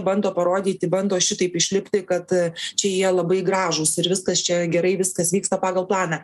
bando parodyti bando šitaip išlipti kad čia jie labai gražūs ir viskas čia gerai viskas vyksta pagal planą